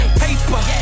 paper